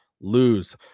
lose